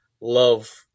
Love